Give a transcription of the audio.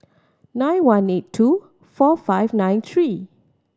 nine one eight two four five nine three